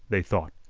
they thought,